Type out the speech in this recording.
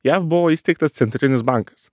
jav buvo įsteigtas centrinis bankas